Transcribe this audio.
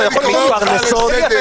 אתה יכול יותר מזה,